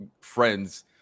friends